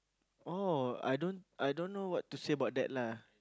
oh I don't I don't know what to say about that lah